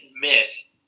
miss